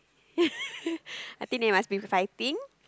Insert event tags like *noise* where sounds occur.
*laughs* I think they must be fighting